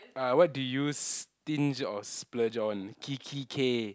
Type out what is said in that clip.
uh what do you stinge or splurge on Kik-ki-K